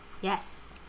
Yes